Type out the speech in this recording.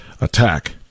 attack